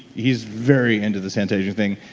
he's very into this anti-aging thing.